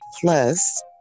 Plus